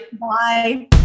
Bye